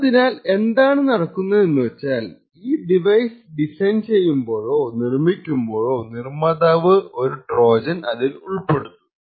അതിനാൽ എന്താണ് നടക്കുന്നതെന്ന് വച്ചാൽ ഈ ഡിവൈസ് ഡിസൈൻ ചെയ്യുമ്പോഴോ നിർമ്മിക്കുമ്പോഴോ നിർമ്മാതാവ് ഒരു ട്രോജൻ അതിൽ ഉൾപ്പെടുത്തും